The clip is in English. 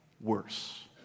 worse